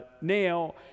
Now